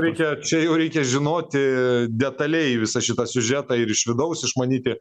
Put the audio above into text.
reikia čia jau reikia žinoti detaliai visą šitą siužetą ir iš vidaus išmanyti